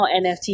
NFT